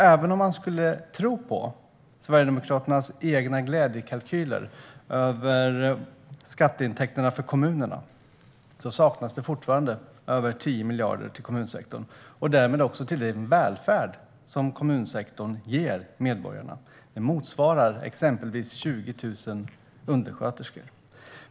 Även om man skulle tro på Sverigedemokraternas glädjekalkyler av skatteintäkterna för kommunerna saknas det över 10 miljarder till kommunsektorn och därmed till den välfärd som kommunsektorn ger medborgarna. Det motsvarar exempelvis 20 000 undersköterskor.